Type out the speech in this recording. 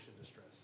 distress